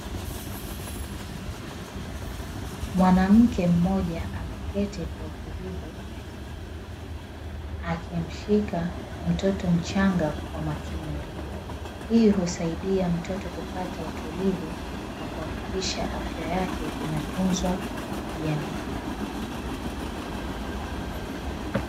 Mwanamke mmoja ameketi kwa utulivu akimshika mtoto mchanga kwa makini, hii husaidia mtoto kupata utulivu na kuhakikisha afya yake inatunzwa vyema.